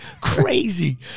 crazy